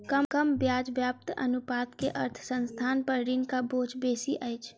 कम ब्याज व्याप्ति अनुपात के अर्थ संस्थान पर ऋणक बोझ बेसी अछि